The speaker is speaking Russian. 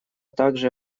также